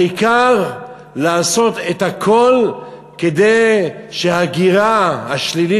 העיקר לעשות את הכול כדי שההגירה השלילית,